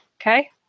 Okay